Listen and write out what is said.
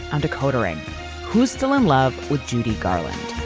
um decoder ring. who's still in love with judy garland?